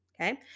Okay